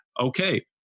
okay